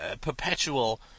perpetual